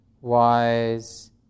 wise